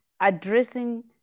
addressing